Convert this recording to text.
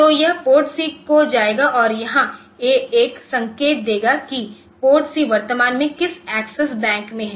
तो यह PORTC को जाएगा और यहां A एक संकेत देगा कि PORTC वर्तमान में किस एक्सेस बैंक में है